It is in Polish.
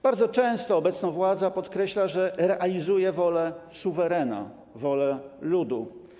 Bardzo często obecna władza podkreśla, że realizuje wolę suwerena, wolę ludu.